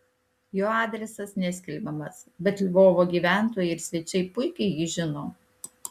jo adresas neskelbiamas bet lvovo gyventojai ir svečiai puikiai jį žino